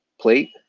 plate